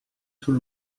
tout